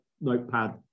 notepad